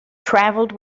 travelled